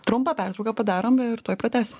trumpą pertrauką padarome ir tuoj pratęsim